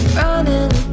running